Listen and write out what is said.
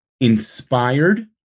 inspired